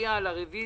נצביע על הרביזיה.